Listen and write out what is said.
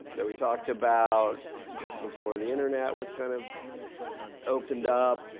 that we talked about before the internet was kind of opened up,